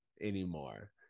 anymore